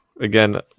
Again